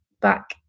back